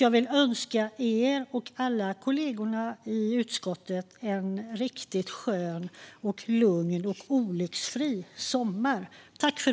Jag vill önska er och alla kollegorna i utskottet en riktigt skön och lugn och olycksfri sommar.